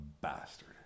bastard